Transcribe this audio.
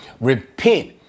Repent